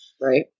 Right